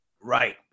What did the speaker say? Right